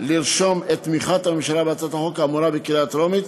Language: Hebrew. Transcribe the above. לרשום את תמיכת הממשלה בהצעת החוק האמורה בקריאה טרומית,